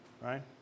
right